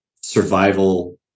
survival